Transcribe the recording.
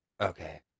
okay